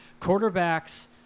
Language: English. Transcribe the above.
quarterbacks